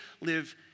live